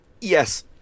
yes